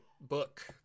book